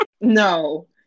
No